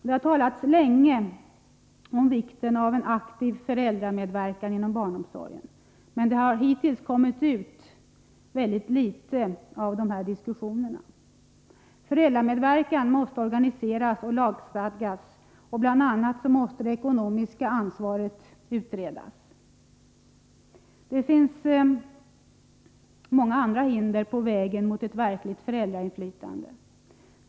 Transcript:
Det har talats länge om vikten av en aktiv föräldramedverkan inom barnomsorgen, men det har hittills kommit ut mycket litet av dessa diskussioner. Föräldramedverkan måste organiseras och lagstadgas, och bl.a. måste det ekonomiska ansvaret utredas. Det finns många andra hinder på vägen mot ett verkligt föräldrainflytande.